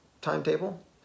timetable